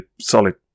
solid